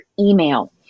email